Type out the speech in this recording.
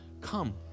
come